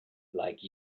like